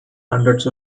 hundreds